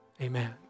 amen